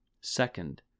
Second